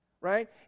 right